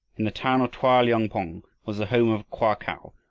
in the town of toa-liong-pong was the home of koa kau,